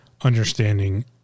understanding